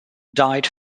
died